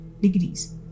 degrees